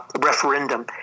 referendum